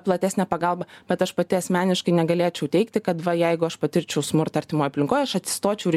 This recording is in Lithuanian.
platesnę pagalbą bet aš pati asmeniškai negalėčiau teigti kad va jeigu aš patirčiau smurtą artimoj aplinkoj aš atsistočiau ir